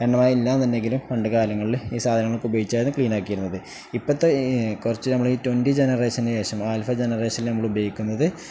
എണ്ണമയം ഇല്ലാന്നുണ്ടെങ്കിലും പണ്ട് കാലങ്ങളിൽ ഈ സാധനങ്ങളൊക്കെ ഉപയോഗിച്ചായിരുന്നു ക്ലീൻ ആക്കിയിരുന്നത് ഇപ്പോഴത്തെ കുറച്ച് നമ്മൾ ട്വൻറ്റി ജെനറേഷന് ശേഷം ആൽഫ ജെനറേഷനിൽ നമ്മൾ ഉപയോഗിക്കുന്നത്